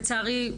לצערי,